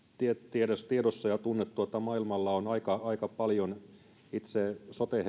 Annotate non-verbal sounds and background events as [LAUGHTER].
tiedossa tiedossa ja tunnettua että maailmalla on aika aika paljon itse sote [UNINTELLIGIBLE]